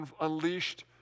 unleashed